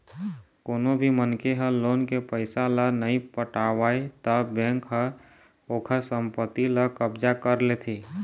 कोनो भी मनखे ह लोन के पइसा ल नइ पटावय त बेंक ह ओखर संपत्ति ल कब्जा कर लेथे